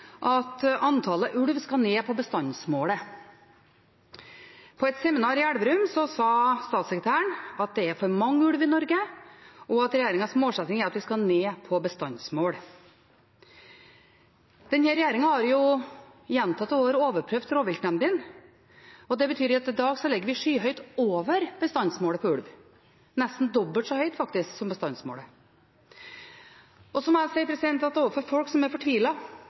at antallet ulv skal ned til bestandsmålet. På et seminar i Elverum sa statssekretæren at det er for mange ulv i Norge, og at regjeringens målsetting er at vi skal ned til bestandsmålet. Denne regjeringen har i gjentatte år overprøvd rovviltnemndene, og det betyr at vi i dag ligger skyhøyt over bestandsmålet for ulv – nesten dobbelt så høyt som bestandsmålet. Så må jeg si at overfor folk som er